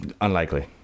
unlikely